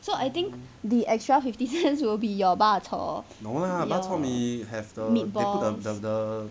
so I think the extra fifty cents will be your bak chor your meatballs